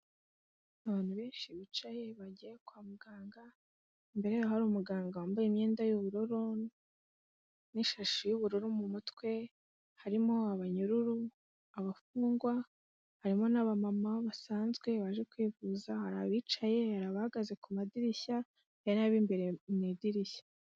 Abantu benshi bicaye bagiye kwa muganga, imbere yabo hari umuganga wambaye imyenda y'ubururu n'ishashi y'ubururu mu mutwe, harimo abanyururu, abafungwa, harimo n'abamama basanzwe baje kwivuza, hari abicaye, hari ahagaze ku madirishya, hari n'abarimo imbere mu idirishya.